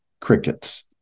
Crickets